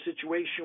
situation